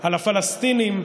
על הפלסטינים,